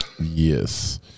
Yes